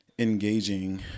engaging